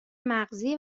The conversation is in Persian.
مغزی